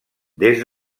des